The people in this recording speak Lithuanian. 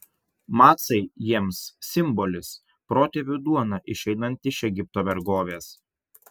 macai jiems simbolis protėvių duona išeinant iš egipto vergovės